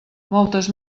moltes